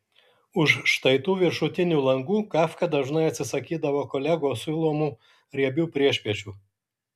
už štai tų viršutinių langų kafka dažnai atsisakydavo kolegų siūlomų riebių priešpiečių